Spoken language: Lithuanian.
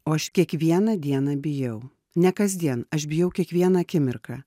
o aš kiekvieną dieną bijau ne kasdien aš bijau kiekvieną akimirką